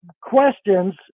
questions